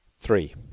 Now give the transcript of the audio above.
Three